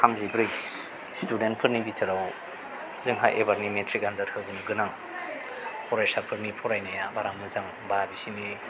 थामजिब्रै स्टुदेन्टफोरनि बिथोराव जोंहा एबारनि मेट्रिक आनजाद होनो गोनां फरायसाफोरनि फरायनाया बारा मोजां एबा बिसोरनि